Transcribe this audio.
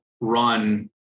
run